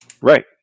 Right